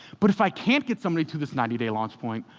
but if i can't get somebody to this ninety day launch point,